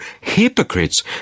hypocrites